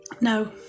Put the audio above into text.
No